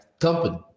company